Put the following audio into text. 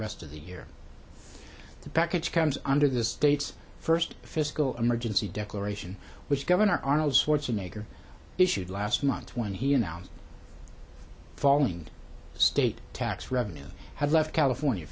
rest of the year the package comes under the state's first fiscal emergency declaration which governor arnold schwarzenegger issued last month when he announced following state tax revenues have left california